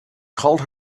called